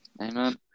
Amen